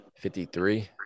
53